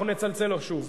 אנחנו נצלצל שוב.